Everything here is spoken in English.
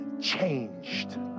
changed